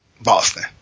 Boston